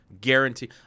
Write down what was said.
Guarantee